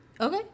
Okay